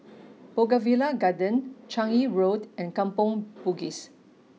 Bougainvillea Garden Changi Road and Kampong Bugis